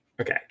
Okay